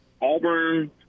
Auburn –